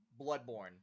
Bloodborne